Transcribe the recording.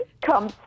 Come